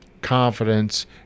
confidence